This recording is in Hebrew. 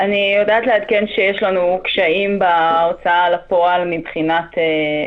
אני יודעת לעדכן שיש לנו קשיים בהוצאה לפועל של ההתקשרות.